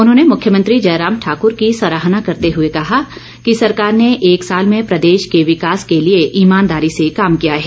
उन्होंने मुख्यमंत्री जयराम ठाक्र की सराहना करते हुए कहा कि सरकार ने एक साल में प्रदेश के विकास के लिए ईमानदारी से काम किया है